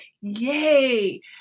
yay